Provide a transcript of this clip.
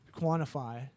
quantify